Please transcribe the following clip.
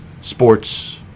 sports